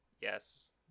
Yes